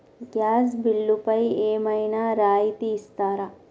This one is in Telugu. గ్యాస్ బిల్లుపై ఏమైనా రాయితీ ఇస్తారా?